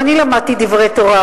זה משרד הבריאות.